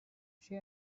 she